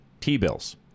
T-bills